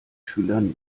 schülern